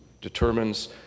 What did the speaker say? determines